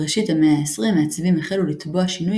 בראשית המאה ה-20 מעצבים החלו לתבוע שינוי